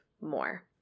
more